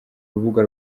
rubuga